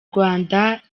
rwanda